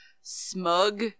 smug